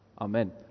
Amen